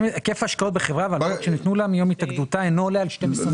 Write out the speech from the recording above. היקף ההשקעות בחברה שניתנו לה מיום התאגדותה אינו עולה על 12 מיליון.